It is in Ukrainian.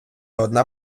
одна